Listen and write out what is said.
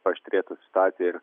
paaštrėtų situacija ir